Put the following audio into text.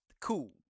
Cool